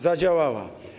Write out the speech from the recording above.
Zadziałała.